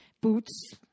boots